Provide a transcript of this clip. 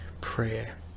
prayer